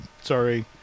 sorry